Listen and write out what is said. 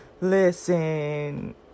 Listen